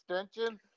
extension